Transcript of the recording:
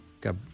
Got